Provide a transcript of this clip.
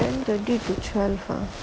ten thirty to twelve ah